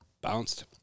Bounced